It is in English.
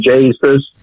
Jesus